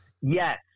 Yes